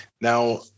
now